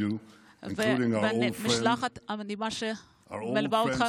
והמשלחת המדהימה שמלווה אותך,